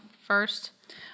first